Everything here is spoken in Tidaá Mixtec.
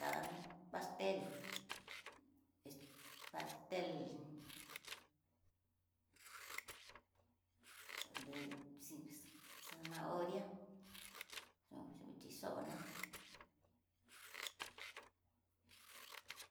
Kadana pastel, es pastel de xíx zanahoria yoxi'i xhixhoná.